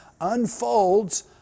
unfolds